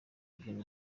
abyina